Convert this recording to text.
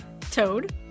Toad